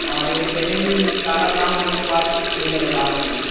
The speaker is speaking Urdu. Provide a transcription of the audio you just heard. اور یہ پیمنٹ سارا کام ہونے کے بعد ملے گا لاشٹ میں